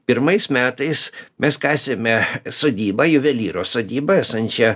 pirmais metais mes kasėme sodybą juvelyro sodybą esančią